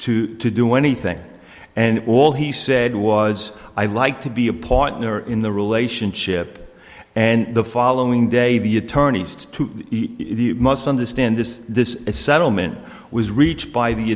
to do anything and all he said was i like to be a partner in the relationship and the following day the attorneys too must understand this this is a settlement was reached by the